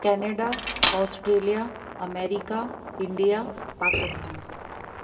Canada Australia America India Pakistan